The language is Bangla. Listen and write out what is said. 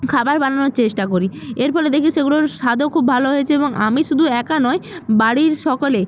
খাবার বানানোর চেষ্টা করি এর ফলে দেখি সেগুলোর স্বাদও খুব ভালো হয়েছে এবং আমি শুধু একা নই বাড়ির সকলেই